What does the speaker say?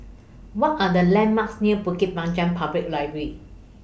What Are The landmarks near Bukit Panjang Public Library